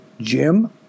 Jim